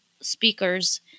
speakers